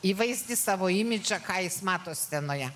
įvaizdį savo imidžą ką jis mato scenoje